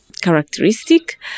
characteristic